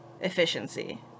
efficiency